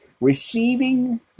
receiving